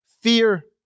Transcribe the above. fear